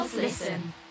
Listen